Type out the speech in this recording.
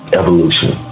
evolution